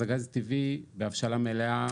אז הגז הטבעי בהבשלה מלאה,